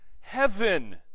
heaven